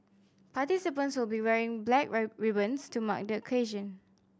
participants will be wearing black ribbons to mark the occasion